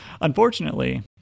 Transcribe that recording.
Unfortunately